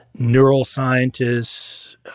neuroscientists